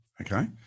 okay